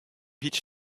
hiç